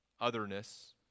otherness